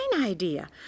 idea